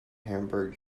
hamburg